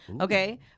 okay